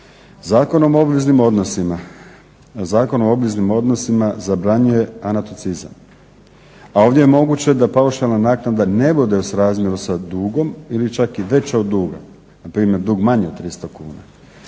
Zakon o obveznim odnosima zabranjuje …, a ovdje je moguće da paušalna naknada ne bude u srazmjeru sa dugom ili čak i veća od duga, npr. dug manji od 300 kuna.